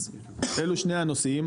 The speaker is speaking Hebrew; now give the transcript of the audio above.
אז אלו שני הנושאים,